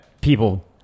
People